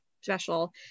special